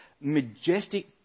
majestic